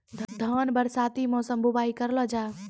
धान बरसाती मौसम बुवाई करलो जा?